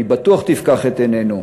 היא בטוח תפקח את עינינו.